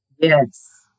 Yes